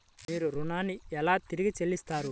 మీరు ఋణాన్ని ఎలా తిరిగి చెల్లిస్తారు?